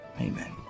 Amen